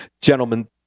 Gentlemen